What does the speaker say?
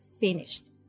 finished